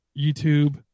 YouTube